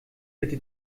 bitte